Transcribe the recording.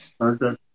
Okay